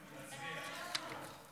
חבר הכנסת יצחק פינדרוס,